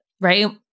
right